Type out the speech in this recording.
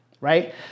right